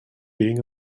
being